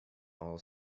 all